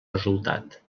resultat